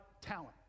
talent